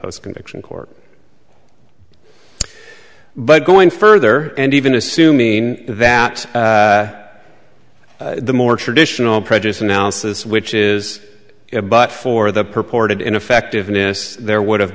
conviction court but going further and even assuming that the more traditional prejudice analysis which is it but for the purported ineffectiveness there would have